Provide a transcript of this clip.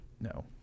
No